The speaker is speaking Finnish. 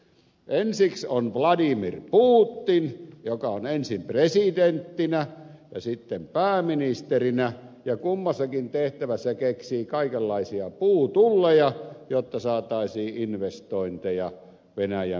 ensiksi on vladimir putin joka on ensin presidenttinä ja sitten pääministerinä ja kummassakin tehtävässä keksii kaikenlaisia puutulleja jotta saataisiin investointeja venäjän federaation avulla